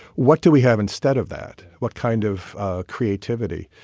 what do we have instead of that what kind of creativity?